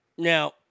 Now